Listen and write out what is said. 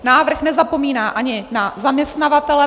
Návrh nezapomíná ani na zaměstnavatele.